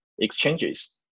exchanges